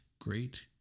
great